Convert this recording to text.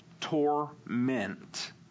torment